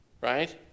right